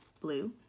blue